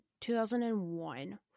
2001